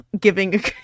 giving